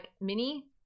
mini